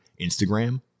Instagram